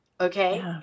Okay